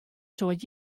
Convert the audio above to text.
soad